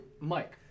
Mike